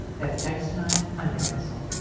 that's next time on ear hustle